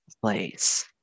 place